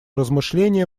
размышление